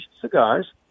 cigars